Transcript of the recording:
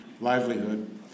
livelihood